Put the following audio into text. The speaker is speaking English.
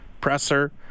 presser